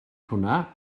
hwnna